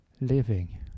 living